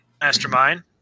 mastermind